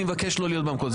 אני מבקש לא להיות במקום הזה.